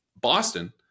Boston